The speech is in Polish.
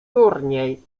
turniej